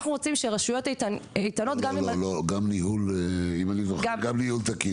לא, גם ניהול תקין.